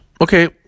Okay